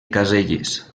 caselles